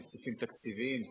לפי סעיפים תקציביים,